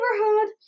Neighborhood